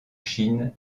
chine